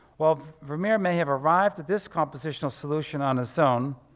while vermeer may have arrived at this compositional solution on his own,